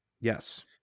Yes